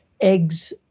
eggs